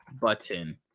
button